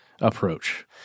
approach